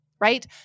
right